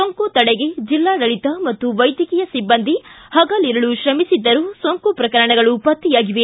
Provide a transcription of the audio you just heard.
ಸೋಂಕು ತಡೆಗೆ ಜಿಲ್ಲಾಡಳಿತ ಮತ್ತು ವೈದ್ಯಕೀಯ ಸಿಬ್ದಂದಿ ಹಗಲಿರುಳು ಶ್ರಮಿಸಿದ್ದರೂ ಸೋಂಕು ಪ್ರಕರಣಗಳು ಪಕ್ತೆಯಾಗಿವೆ